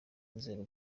nzego